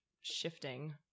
shifting